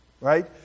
Right